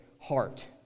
heart